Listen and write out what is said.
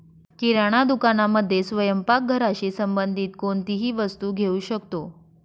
किराणा दुकानामध्ये स्वयंपाक घराशी संबंधित कोणतीही वस्तू घेऊ शकतो